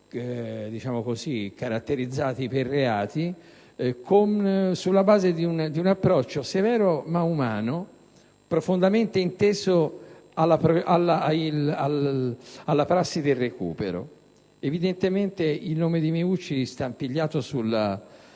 si sono caratterizzati per reati, sulla base di un approccio severo ma umano, profondamente inteso alla prassi del recupero. Evidentemente il nome di Meucci sta impigliato